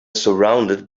surrounded